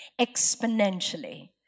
exponentially